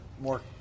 more